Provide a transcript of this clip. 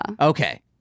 Okay